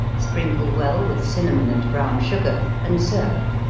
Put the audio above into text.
sprinkle well with cinnamon and brown sugar, and serve.